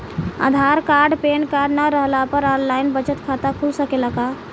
आधार card pan card न रहला पर आन लाइन बचत खाता खुल सकेला का?